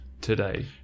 Today